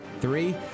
three